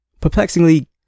...perplexingly